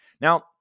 Now